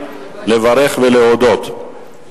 לברך ולהודות,